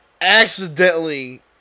accidentally